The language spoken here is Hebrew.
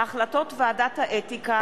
הזכות לדיור,